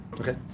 Okay